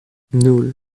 nul